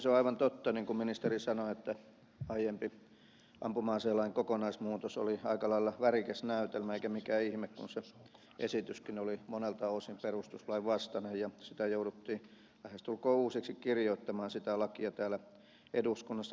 on aivan totta niin kuin ministeri sanoi että aiempi ampuma aselain kokonaismuutos oli aika lailla värikäs näytelmä eikä mikään ihme kun se esityskin oli monelta osin perustuslain vastainen ja sitä lakia jouduttiin lähestulkoon uusiksi kirjoittamaan täällä eduskunnassa